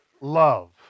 love